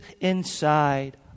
inside